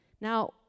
Now